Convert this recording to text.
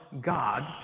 God